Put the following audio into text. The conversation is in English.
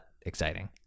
exciting